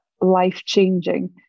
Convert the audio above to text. life-changing